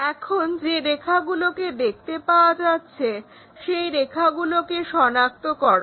এখন যে রেখাগুলোকে দেখতে পাওয়া যাচ্ছে সেই রেখাগুলোকে শনাক্ত করো